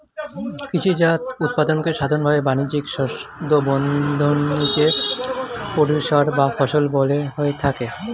কৃষিজাত উৎপাদনকে সাধারনভাবে বানিজ্যিক শব্দবন্ধনীতে প্রোডিউসর বা ফসল বলা হয়ে থাকে